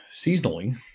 seasonally